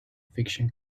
fiction